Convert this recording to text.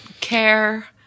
Care